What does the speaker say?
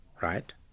right